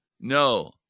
No